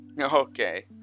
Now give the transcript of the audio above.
Okay